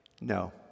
No